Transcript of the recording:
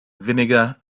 vinegar